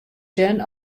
sjen